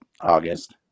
august